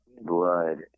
blood